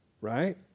Right